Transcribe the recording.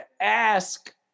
ask